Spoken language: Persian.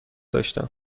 داشتم